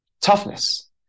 toughness